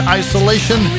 isolation